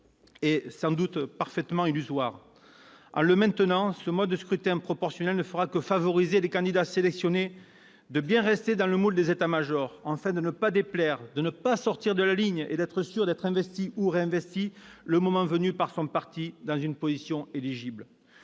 est une pure fantaisie. C'est illusoire ! En maintenant le mode de scrutin proportionnel, on ne fera qu'encourager les candidats sélectionnés à rester dans le moule des états-majors, à ne pas déplaire, à ne pas sortir de la ligne pour être sûrs d'être investis ou réinvestis le moment venu par leur parti dans une position éligible.